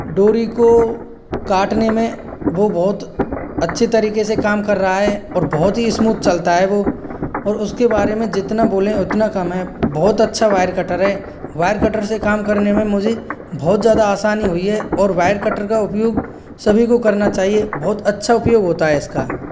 डोरी को काटने में वो बहुत अच्छे तरीके से काम कर रहा है और बहुत ही स्मूथ चलता है वो और उसके बारे में जितना बोलें उतना कम है बहुत अच्छा वायर कटर है वायर कटर से काम करने में मुझे बहुत ज़्यादा आसानी हुई है और वायर कटर का उपयोग सभी को करना चाहिए बहुत अच्छा उपयोग होता है इसका